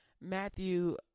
Matthew